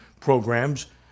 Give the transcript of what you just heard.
programs